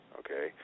okay